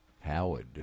Howard